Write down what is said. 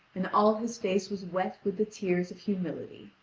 and all his face was wet with the tears of humility.